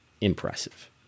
impressive